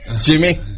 Jimmy